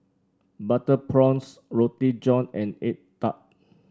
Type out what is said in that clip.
Butter Prawns Roti John and egg tart